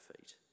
feet